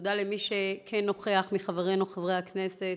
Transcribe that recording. תודה למי שכן נוכח מחברינו חברי הכנסת,